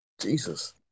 Jesus